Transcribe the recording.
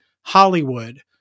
Hollywood